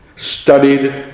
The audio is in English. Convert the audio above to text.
studied